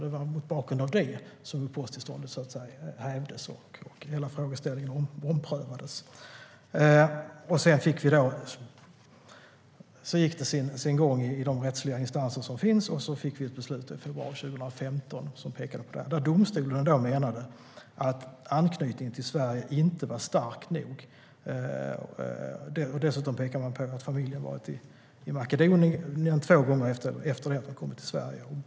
Det var mot bakgrund av det som uppehållstillståndet hävdes och hela frågeställningen omprövades. Sedan gick det sin gång i de rättsliga instanser som finns, och så fick vi ett beslut i februari 2015 där domstolen menade att anknytningen till Sverige inte var stark nog. Dessutom pekade man på att familjen varit i Makedonien två gånger efter det att de kommit till Sverige.